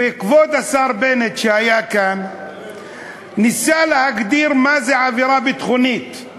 וכבוד השר בנט שהיה כאן ניסה להגדיר מה זה עבירה ביטחונית,